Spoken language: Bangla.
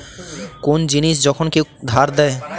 কোন জিনিস যখন কেউ ধার দেয়